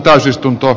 täysistunto